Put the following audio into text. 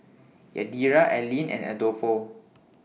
Yadira Allean and Adolfo